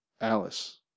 Alice